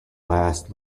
last